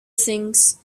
things